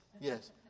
yes